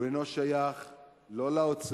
הוא אינו שייך לא לאוצר,